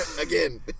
Again